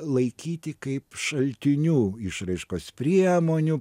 laikyti kaip šaltiniu išraiškos priemonių